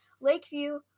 Lakeview